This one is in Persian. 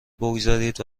بگذارید